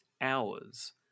hours